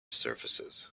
services